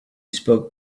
spoke